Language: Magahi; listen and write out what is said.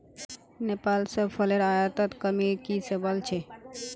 नेपाल स फलेर आयातत कमी की स वल छेक